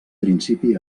principi